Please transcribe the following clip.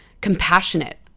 compassionate